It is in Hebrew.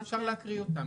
אפשר להקריא אותם.